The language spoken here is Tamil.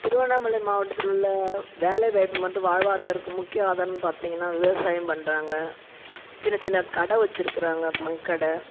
இப்போ திருவண்ணாமலை மாவட்டத்தில் உள்ள வேலை வாய்ப்பு மற்றும் வாழ்வாதாரத்துக்கு முக்கிய ஆதாரம்னு பார்த்தீங்கன்னா விவசாயம் பண்ணுறாங்க சின்ன சின்ன கடை வச்சிருக்குறாங்க பங்க் கடை